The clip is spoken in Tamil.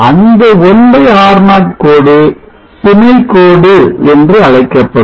அந்த 1R0 கோடு சுமை கோடு என்று அழைக்கப்படும்